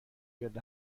گرد